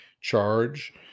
charge